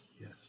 yes